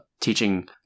teaching